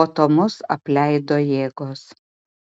po to mus apleido jėgos